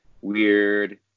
weird